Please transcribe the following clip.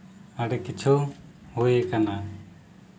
ᱟᱹᱰᱤ ᱠᱤᱪᱷᱩ ᱦᱩᱭ ᱠᱟᱱᱟ